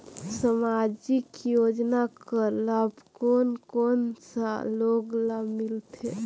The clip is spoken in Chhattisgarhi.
समाजिक योजना कर लाभ कोन कोन सा लोग ला मिलथे?